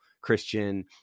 Christian